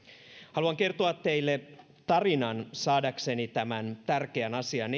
haluan kertoa teille tarinan saadakseni esiin tämän tärkeän asian